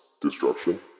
destruction